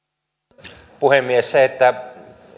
arvoisa herra puhemies kun